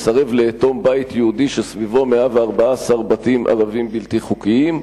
ומסרב לאטום בית יהודי שסביבו 114 בתים ערבים בלתי חוקיים.